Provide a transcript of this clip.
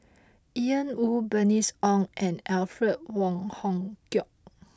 Ian Woo Bernice Ong and Alfred Wong Hong Kwok